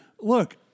Look